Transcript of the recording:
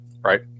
right